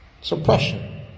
Suppression